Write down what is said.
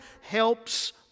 helps